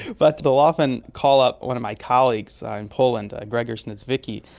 but they'll often call up one of my colleagues in poland, grzegorz niedzwiedzki,